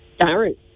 Darren